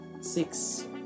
six